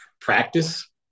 practice